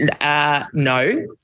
No